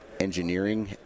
engineering